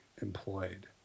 employed